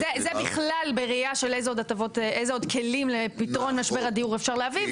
זה בכלל בראייה של איזה עוד כלים לפתרון משבר הדיור אפשר להביא.